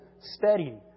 steady